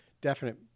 definite